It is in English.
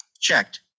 Checked